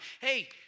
Hey